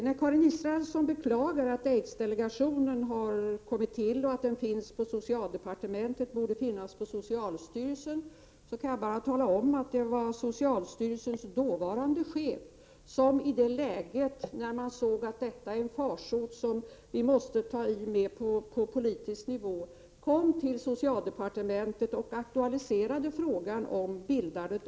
När Karin Israelsson beklagade att aidsdelegationen kommit till och att den finns på så socialdepartementet, i stället för på socialstyrelsen, kan jag bara tala om att det var socialstyrelsens dåvarande chef som kom till socialdepartementet och aktualiserade frågan om bildandet av en aidsdelegation. Man ansåg att det gällde en farsot som det var nödvändigt att ta itu med på politisk nivå.